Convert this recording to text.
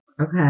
okay